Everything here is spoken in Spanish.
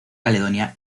caledonia